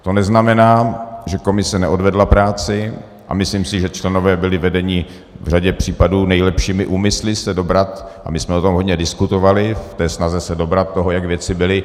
To neznamená, že komise neodvedla práci, a myslím si, že členové byli vedeni v řadě případů nejlepšími úmysly se dobrat a my jsme o tom hodně diskutovali v té snaze se dobrat toho, jak věci byly.